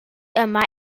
yma